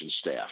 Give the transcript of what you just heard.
staff